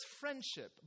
friendship